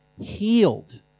healed